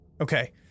Okay